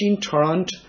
torrent